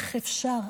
איך אפשר?